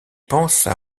pensent